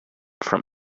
from